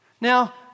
Now